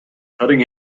cutting